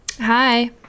Hi